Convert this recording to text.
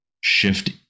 shift